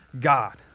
God